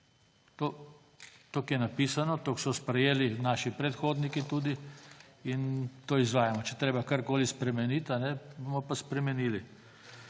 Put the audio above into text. Tako je napisano, tako so tudi sprejeli naši predhodniki in to izvajamo. Če je treba karkoli spremeniti, bomo pa spremenili.